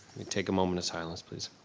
take a moment of silence please.